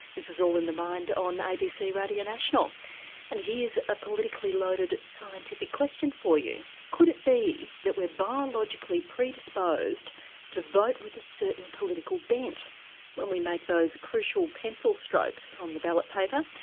this is all in the mind on abc radio national and here's a politically loaded scientific question for you could it be that we're biologically predisposed to vote with a certain political bent when we make those crucial pencil strokes on the ballot paper?